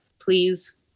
please